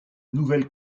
nouvelle